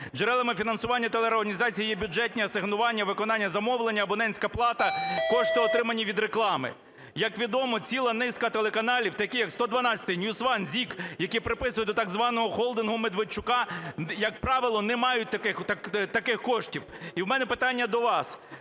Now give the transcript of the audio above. джерелами фінансування телеорганізацій є бюджетні асигнування, виконання замовлення, абонентська плата, кошти, отримані від реклами. Як відомо, ціла низка телеканалів, такі як "112-й", NewsOne, ZIK, які приписують до так званого "холдингу Медведчука", як правило, не мають таких коштів. І в мене питання до вас.